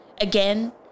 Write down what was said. again